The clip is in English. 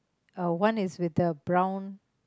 uh one is with the brown